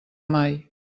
mai